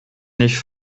nicht